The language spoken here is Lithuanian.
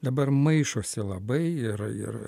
dabar maišosi labai ir ir